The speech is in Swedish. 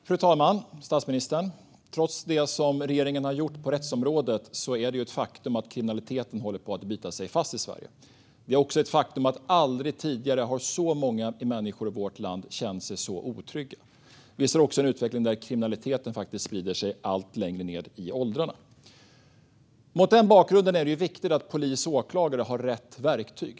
Fru talman och statsministern! Trots det som regeringen har gjort på rättsområdet är det ett faktum att kriminaliteten håller på att bita sig fast i Sverige. Det är också ett faktum att aldrig tidigare har så många människor i vårt land känt sig så otrygga. Vi ser också en utveckling där kriminaliteten sprider sig allt längre ned i åldrarna. Mot den bakgrunden är det viktigt att polis och åklagare har rätt verktyg.